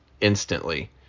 instantly